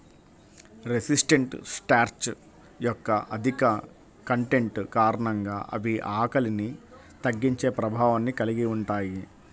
resistant starch యొక్క అధిక content కారణంగా అవి ఆకలిని తగ్గించే ప్రభావాన్ని కలిగి ఉంటాయి